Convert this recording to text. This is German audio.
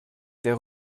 der